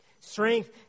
Strength